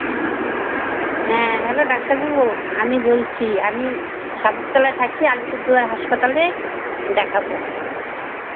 হ্যাঁ হ্যালো ডাক্তারবাবু আমি বলছি আমি শামুকতলা থাকি আলিপুরদুয়ার হাসপাতালে দেখাবো